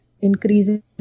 increases